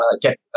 get